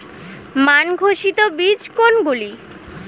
মান ঘোষিত বীজ কোনগুলি?